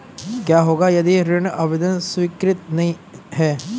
क्या होगा यदि ऋण आवेदन स्वीकृत नहीं है?